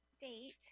date